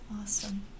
Awesome